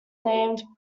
named